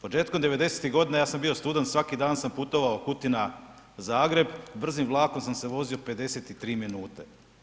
Početkom 90-ih godina ja sam bio student, svaki dan sam putovao Kutina-Zagreb, brzim vlakom sam se vozio 53 minute.